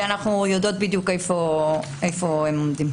ואנחנו יודעים בדיוק איפה הן עומדות.